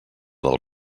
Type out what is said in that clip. del